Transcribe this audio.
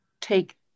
take